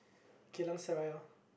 Geylang-Serai lor